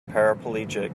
paraplegic